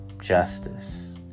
justice